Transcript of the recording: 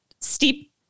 steep